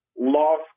lost